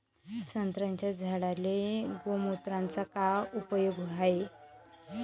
संत्र्याच्या झाडांले गोमूत्राचा काय उपयोग हाये?